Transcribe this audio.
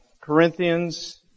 Corinthians